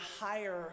higher